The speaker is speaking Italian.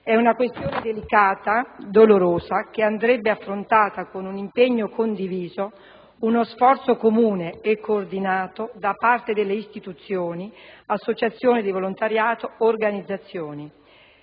È una questione delicata, dolorosa, che andrebbe affrontata con un impegno condiviso, uno sforzo comune e coordinato delle istituzioni, associazioni di volontariato, organizzazioni.